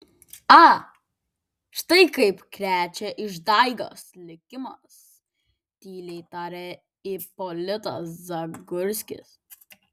a štai kaip krečia išdaigas likimas tyliai tarė ipolitas zagurskis